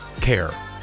care